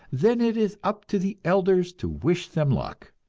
then it is up to the elders to wish them luck.